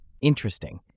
Interesting